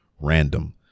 random